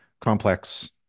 complex